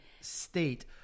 state